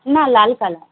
না লাল কালার